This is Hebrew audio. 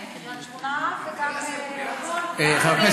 כן, קריית שמונה וגם, נכון, וגם,